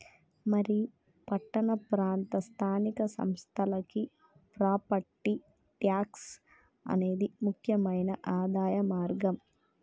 మరి పట్టణ ప్రాంత స్థానిక సంస్థలకి ప్రాపట్టి ట్యాక్స్ అనేది ముక్యమైన ఆదాయ మార్గం